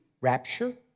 rapture